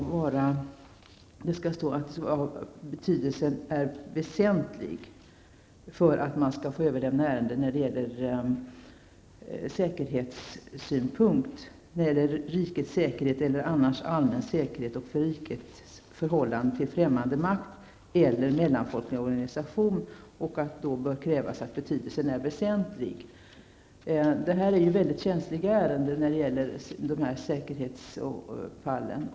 Beträffande överlämnande av ärenden till regeringen anser vänsterpartiet att betydelsen för rikets säkerhet eller annars allmän säkerhet eller för rikets förhållande till främmande makt eller mellanfolklig organisation skall vara väsentlig för att detta skall ske. Sådana ärenden är mycket känsliga.